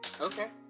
Okay